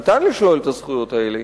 ניתן לשלול את הזכויות האלה,